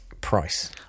price